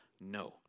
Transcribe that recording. no